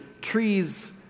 trees